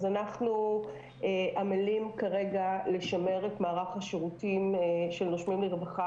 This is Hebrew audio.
אנחנו עמלים כרגע לשמר את מערך השירותים של "נושמים לרווחה",